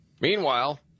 Meanwhile